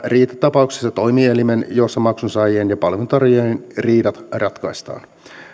riitatapauksissa toimielimen jossa maksunsaajien ja palveluntarjoajien riidat ratkaistaan